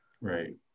Right